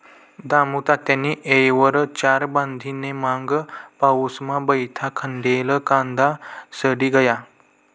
दामुतात्यानी येयवर चाळ बांधी नै मंग पाऊसमा बठा खांडेल कांदा सडी गया